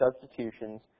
substitutions